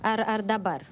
ar ar dabar